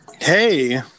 Hey